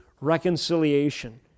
reconciliation